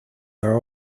are